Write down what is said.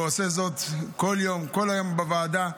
ועושה זאת כל יום, כל היום בוועדה.